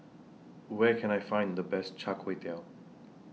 Where Can I Find The Best Char Kway Teow